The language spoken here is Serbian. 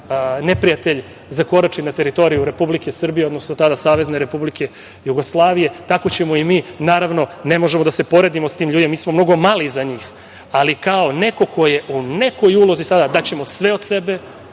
neprijatelj zakorači na teritoriju Republike Srbije, odnosno tada Savezne Republike Jugoslavije. Tako ćemo i mi. Naravno, ne možemo da se poredimo sa tim ljudima, mi smo mnogo mali za njih, ali kao neko ko je u nekoj ulozi sada, daćemo sve od sebe,